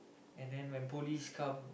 and then when police come